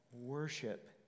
Worship